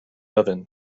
oven